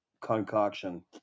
concoction